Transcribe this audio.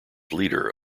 leader